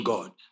God